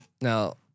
Now